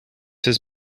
his